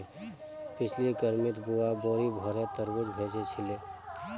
पिछली गर्मीत बुआ बोरी भोरे तरबूज भेजिल छिले